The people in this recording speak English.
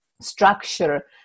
structure